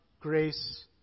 grace